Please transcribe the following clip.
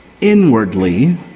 inwardly